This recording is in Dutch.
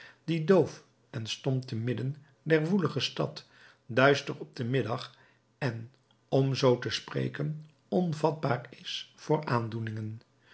die doof en stom te midden der woelige stad duister op den middag en om zoo te spreken onvatbaar is voor aandoeningen